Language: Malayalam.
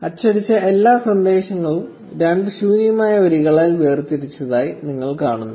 അച്ചടിച്ച എല്ലാ സന്ദേശങ്ങളും രണ്ട് ശൂന്യമായ വരികളാൽ വേർതിരിച്ചതായി നിങ്ങൾ കാണുന്നു